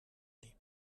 liep